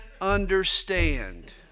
understand